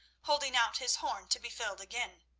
holding out his horn to be filled again.